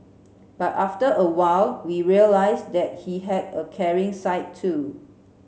but after a while we realised that he had a caring side too